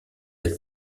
être